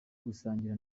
gusangira